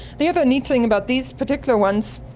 the other neat thing about these particular ones,